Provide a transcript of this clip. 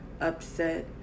upset